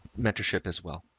mentorship as well.